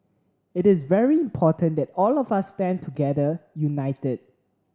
it is very important that all of us stand together united